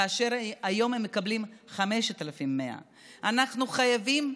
כאשר היום הם מקבלים 5,100. אנחנו חייבים,